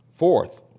Fourth